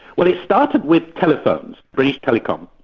well it started with telephones, british telecom,